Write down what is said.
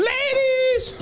Ladies